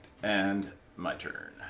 and much ah